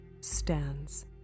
stands